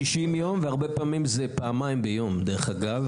60 יום, והרבה פעמים זה פעמיים ביום, דרך אגב.